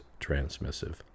transmissive